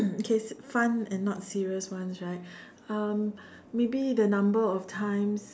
okay fun and non serious one right um maybe the number of times